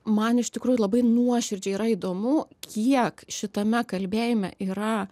man iš tikrųjų labai nuoširdžiai yra įdomu kiek šitame kalbėjime yra